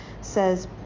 says